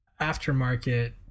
aftermarket